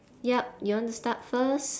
yup you want to start first